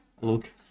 Look